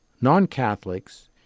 non-Catholics